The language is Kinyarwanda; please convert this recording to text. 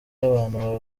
abantu